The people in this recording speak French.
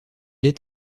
est